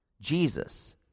Jesus